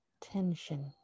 tension